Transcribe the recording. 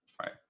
right